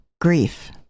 Grief